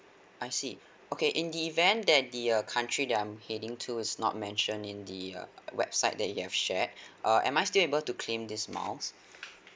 I see okay in the event that the uh country that I'm heading to is not mentioned in the uh website that you have shared uh am I still able to claim this miles